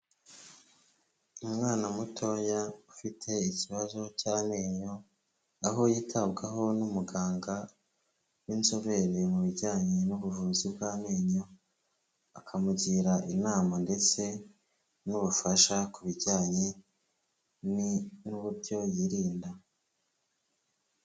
Umwana mutoya ufite ikibazo cy'amenyo, aho yitabwaho n'umuganga w'inzobere mu bijyanye n'ubuvuzi bw'amenyo, akamugira inama ndetse n'ubufasha ku bijyanye n'uburyo yirinda.